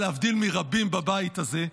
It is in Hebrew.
להבדיל מרבים בבית הזה,